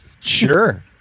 Sure